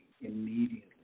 immediately